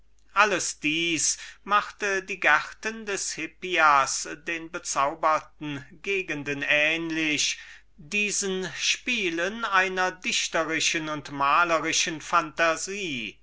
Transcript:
alles dieses machte die gärten des hippias den bezauberten gegenden ähnlich diesen spielen einer dichtrischen und malerischen phantasie